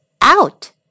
out